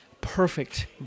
perfect